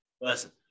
listen